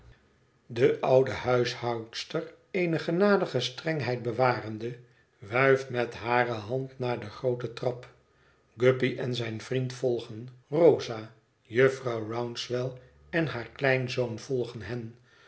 dé oude huishoudster eene genadige strengheid bewarende wuift met hare hand naar de groote trap guppy en zijn vriend volgen rosa jufvrouw rouncewell en haar kleinzoon volgen hen